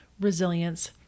resilience